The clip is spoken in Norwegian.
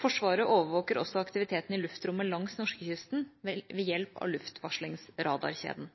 Forsvaret overvåker også aktiviteten i luftrommet langs norskekysten ved hjelp av luftvarslingsradarkjeden.